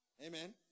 Amen